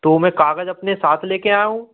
तो मैं कागज़ अपने साथ ले कर आऊँ